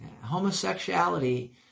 Homosexuality